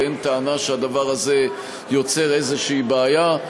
ואין טענה שהדבר הזה יוצר איזושהי בעיה.